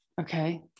Okay